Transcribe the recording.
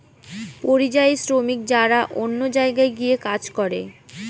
পরিযায়ী শ্রমিক যারা অন্য জায়গায় গিয়ে কাজ করে